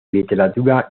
literatura